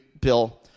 Bill